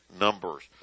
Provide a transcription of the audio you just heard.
numbers